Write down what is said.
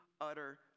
utter